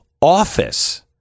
office